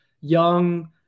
young